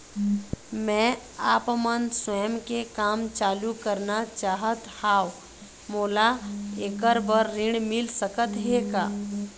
मैं आपमन स्वयं के काम चालू करना चाहत हाव, मोला ऐकर बर ऋण मिल सकत हे का?